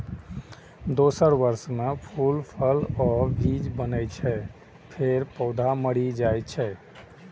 दोसर वर्ष मे फूल, फल आ बीज बनै छै, फेर पौधा मरि जाइ छै